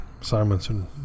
Simonson